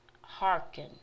hearken